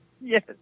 yes